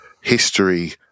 History